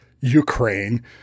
Ukraine